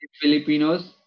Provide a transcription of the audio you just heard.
Filipinos